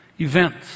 events